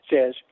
says